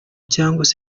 cyangwa